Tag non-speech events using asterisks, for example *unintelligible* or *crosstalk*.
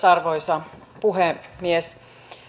*unintelligible* arvoisa puhemies